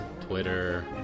Twitter